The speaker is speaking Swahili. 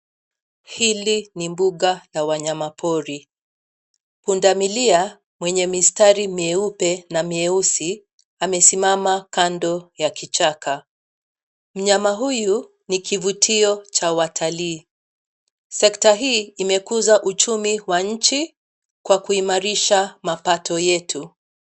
Hii ni mbuga ya wanyamapori. Pundamilia mwenye mistari mieupe na mieusi. Amesimama kando ya kichaka. Mnyama huyu ni kivutio cha watalii. Sekta hii imekuza uchumi wa nchi kwa kuimarisha mapato yetu.